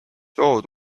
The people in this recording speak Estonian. soov